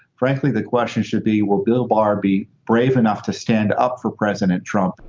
frankly, the question should be will bill barr be brave enough to stand up for president trump?